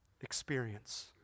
experience